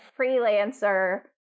freelancer